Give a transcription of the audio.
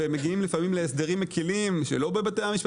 ומגיעים לפעמים להסדרים מקילים שלא בבתי המשפט.